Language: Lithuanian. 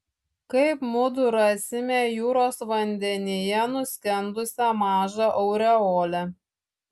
kaip mudu rasime jūros vandenyje nuskendusią mažą aureolę